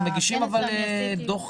אנחנו מגישים מידי שנה דוח